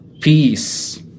peace